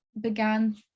began